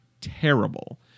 terrible